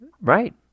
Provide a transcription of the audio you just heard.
Right